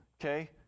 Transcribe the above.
okay